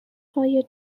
های